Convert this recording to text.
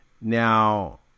Now